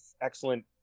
excellent